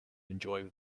enjoy